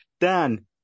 Dan